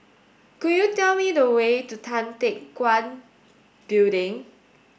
could you tell me the way to Tan Teck Guan Building